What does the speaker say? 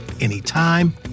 anytime